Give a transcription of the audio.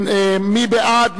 מי בעד?